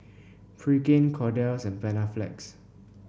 Pregain Kordel's and Panaflex